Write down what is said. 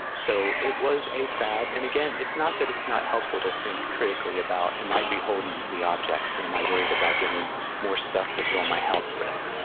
so it was a fad, and again, it's not that it's not helpful to think critically about, am i beholden to the objects, and am i worried about getting more stuff to fill my house with?